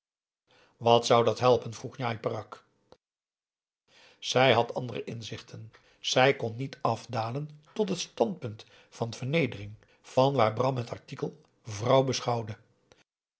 wat zou dat helpen vroeg njai peraq zij had andere inzichten zij kon niet afdalen tot het standpunt van vernedering vanwaar bram het artikel vrouw beschouwde